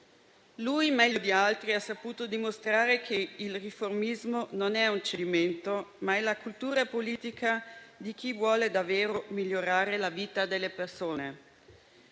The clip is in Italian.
Meglio di altri, egli ha saputo dimostrare che il riformismo non è un cedimento, ma è la cultura politica di chi vuole davvero migliorare la vita delle persone.